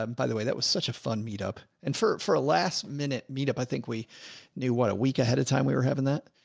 um by the way, that was such a fun meetup. and for, for a last minute meetup, i think we knew what a week ahead of time we were having that.